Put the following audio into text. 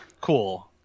cool